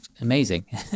amazing